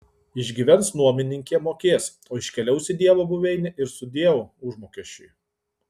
išgyvens nuomininkė mokės o iškeliaus į dievo buveinę ir sudieu užmokesčiui